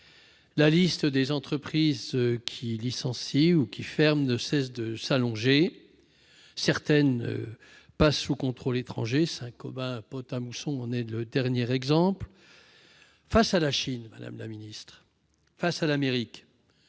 la liste des entreprises qui licencient ou qui ferment ne cesse de s'allonger, certaines passent sous contrôle étranger, Saint-Gobain Pont-à-Mousson en est le dernier exemple. Face à la Chine et à l'Amérique,